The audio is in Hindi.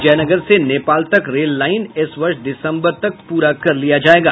जयनगर से नेपाल तक रेल लाइन इस वर्ष दिसंबर तक पूरा कर लिया जायेगा